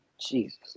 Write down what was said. jesus